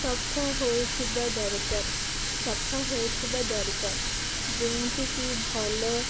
ସଫା ହୋଇଥିବା ଦରକାର ସଫା ହୋଇଥିବା ଦରକାର ଯେଉଁଠିକି ଭଲ